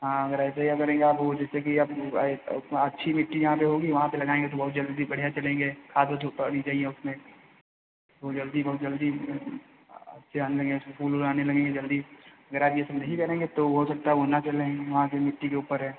हाँ अगर ऐसे यह करेंगे आप वह जैसे कि अब उसमें अच्छी मिट्टी जहाँ पर होगी वहाँ पर लगाएँगे तो बहुत जल्दी बढ़िया चलेंगे खाद ओद पड़नी चाहिए उसमें वह जल्दी बहुत जल्दी से आने लगेंगे उसमें फूल ऊल आने लगेंगे जल्दी अगर आप यह सब नहीं करेंगे तो हो सकता है वह ना चलें वहाँ के मिट्टी के ऊपर है